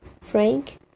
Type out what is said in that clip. Frank